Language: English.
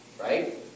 Right